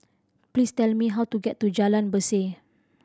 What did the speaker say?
please tell me how to get to Jalan Berseh